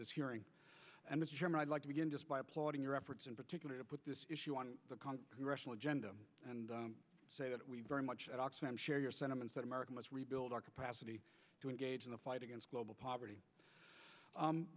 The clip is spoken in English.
this hearing and as chairman i'd like to begin just by applauding your efforts in particular to put this issue on the calm rational agenda and say that we very much at oxfam share your sentiments that america must rebuild our capacity to engage in the fight against global poverty